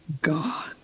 God